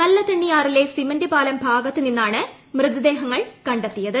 നല്ലതണ്ണിയാറിലെ cement പാലം ഭാഗത്ത് നിന്നാണ് ഇമൃതദേഹങ്ങൾ കണ്ടെത്തിയത്